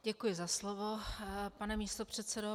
Děkuji za slovo, pane místopředsedo.